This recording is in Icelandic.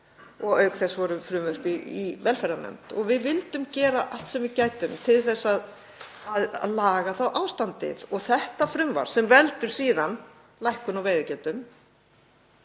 þá, auk þess voru frumvörp í velferðarnefnd. Við vildum gera allt sem við gætum til að laga ástandið. Þetta frumvarp veldur síðan lækkun á veiðigjöldum